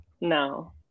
No